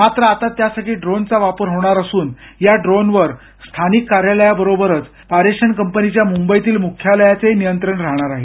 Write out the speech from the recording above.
मात्र आता त्यासाठी ड्रोनचा वापर होणार असून या ड्रोनवर स्थानिक कार्यालयाबरोबरच पारेषण कंपनीच्या मुंबईतील मुख्यालयाचंही नियंत्रण राहणार आहे